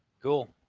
cool.